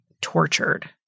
tortured